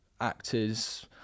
actors